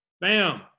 Bam